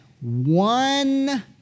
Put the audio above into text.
one